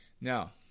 Now